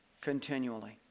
continually